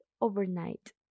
overnight